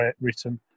written